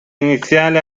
iniziale